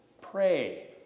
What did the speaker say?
Pray